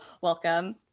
Welcome